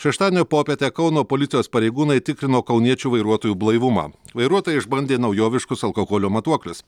šeštadienio popietę kauno policijos pareigūnai tikrino kauniečių vairuotojų blaivumą vairuotojai išbandė naujoviškus alkoholio matuoklius